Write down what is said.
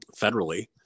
federally